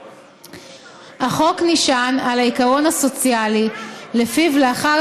החוק נשען על העיקרון הסוציאלי שלפיו לאחר